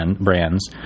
brands